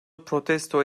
protesto